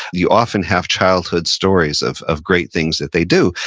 you often have childhood stories of of great things that they do.